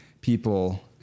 people